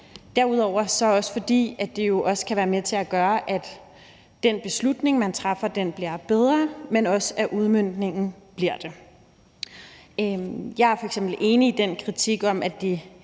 er det også, fordi en inddragelse kan være med til at gøre, at den beslutning, man træffer, bliver bedre, men også, at udmøntningen bliver det. Jeg er f.eks. enig i den kritik, der